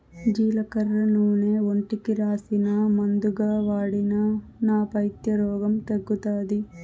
జీలకర్ర నూనె ఒంటికి రాసినా, మందుగా వాడినా నా పైత్య రోగం తగ్గుతాది